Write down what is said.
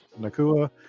Nakua